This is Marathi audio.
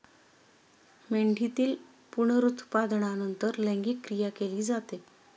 मेंढीतील पुनरुत्पादनानंतर लैंगिक क्रिया केली जाते